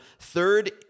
third